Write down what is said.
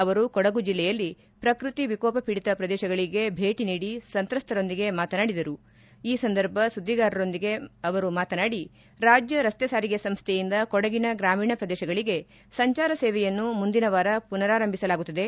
ಅವರು ಕೊಡಗು ಜಿಲ್ಲೆಯಲ್ಲಿ ಪ್ರಕೃತಿ ವಿಕೋಪ ಪೀಡಿತ ಪ್ರದೇಶಗಳಿಗೆ ಬೇಟಿ ನೀಡಿ ಸಂತ್ರಸ್ವರೊಂದಿಗೆ ಮಾತನಾಡಿದರು ಈ ಸಂದರ್ಭ ಸುಧಿಗಾರರೊಂದಿಗೆ ಅವರು ಮಾತನಾಡಿ ರಾಜ್ಯ ರಸ್ತೆ ಸಾರಿಗೆ ಸಂಸ್ಥೆಯಿಂದ ಕೊಡಗಿನ ಗ್ರಾಮೀಣ ಪ್ರದೇಶಗಳಿಗೆ ಸಂಚಾರ ಸೇವೆಯನ್ನು ಮುಂದಿನ ವಾರ ಪುನರಾರಂಭಿಸಲಾಗುತ್ತದೆ